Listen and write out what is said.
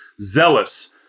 zealous